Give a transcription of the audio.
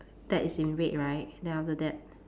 that is in red right then after that